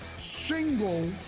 single